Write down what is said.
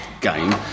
game